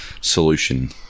solution